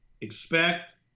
expect